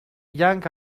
young